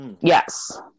Yes